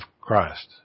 Christ